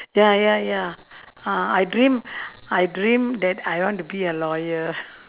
ya ya ya uh I dream I dream that I want to be a lawyer